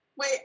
Wait